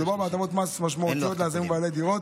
מדובר בהטבות מס משמעותיות ליזמים ובעלי דירות